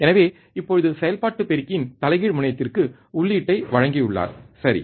எனவே இப்போது செயல்பாட்டு பெருக்கியின் தலைகீழ் முனையத்திற்கு உள்ளீட்டை வழங்கியுள்ளார் சரி